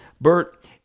Bert